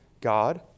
God